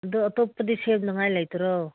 ꯑꯗꯨ ꯑꯇꯣꯞꯄꯗꯤ ꯁꯦꯝꯅꯉꯥꯏ ꯂꯩꯇ꯭ꯔꯣ